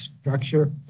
structure